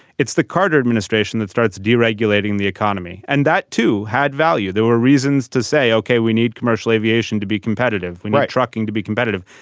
it's the carter administration that starts deregulating the economy and that too had value. there were reasons to say ok we need commercial aviation to be competitive. we were trucking to be competitive.